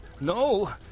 No